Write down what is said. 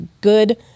good